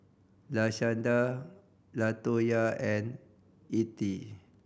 Lashanda Latonya and Ethie